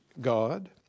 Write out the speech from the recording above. God